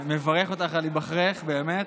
אני מברך אותך על היבחרך, באמת.